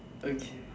okay